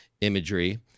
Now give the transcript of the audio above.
imagery